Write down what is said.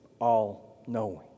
all-knowing